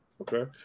Okay